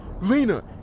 Lena